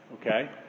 okay